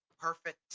perfect